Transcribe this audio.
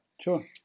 Sure